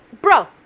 Bro